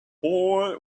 boy